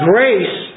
Grace